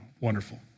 wonderful